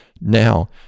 Now